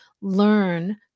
learn